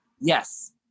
Yes